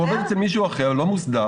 הוא עובד אצל מישהו אחר, לא מוסדר,